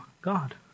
God